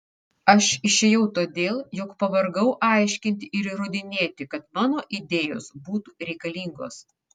aš išėjau todėl jog pavargau aiškinti ir įrodinėti kad mano idėjos būtų reikalingos